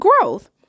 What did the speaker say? growth